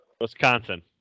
Wisconsin